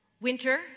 Winter